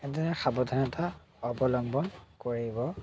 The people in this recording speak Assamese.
এনেদৰে সাৱধানতা অৱলম্বন কৰিব